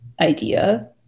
idea